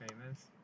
famous